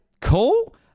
cool